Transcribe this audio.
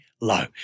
low